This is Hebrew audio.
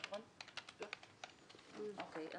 אז